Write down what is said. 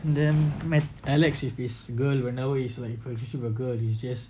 and then met alex with his girl whenever he is in a relationship with a girl is just